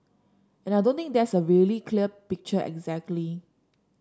and I don't think there's a really clear picture exactly